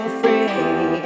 free